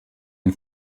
den